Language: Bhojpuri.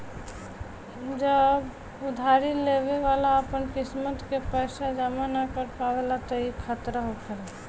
जब उधारी लेवे वाला अपन किस्त के पैसा जमा न कर पावेला तब ई खतरा होखेला